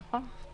נכון.